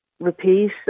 repeat